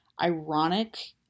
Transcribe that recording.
ironic